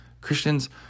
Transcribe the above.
Christians